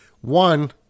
One